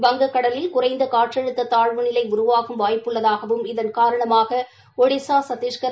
வங்கக்கடலில் குறைந்த காற்றழுத்த தாழ்வு நிலை உருவாகும் வாய்ப்பு உள்ளதாகவும் இதன் காரணமாக ஒடிஸா சத்திஷ்கர்